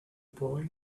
boy